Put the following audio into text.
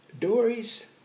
Dory's